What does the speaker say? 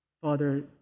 Father